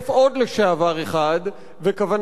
וכוונתי לרמטכ"ל לשעבר,